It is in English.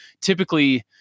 typically